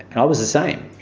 and i was the same,